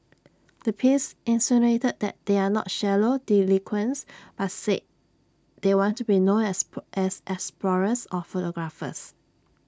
the piece insinuated that they are not shallow delinquents but said they want to be known as as explorers or photographers